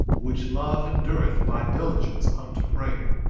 which love endureth by diligence unto prayer,